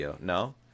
No